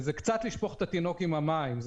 זה קצת לשפוך את התינוק עם המים.